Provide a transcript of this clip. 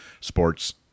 sports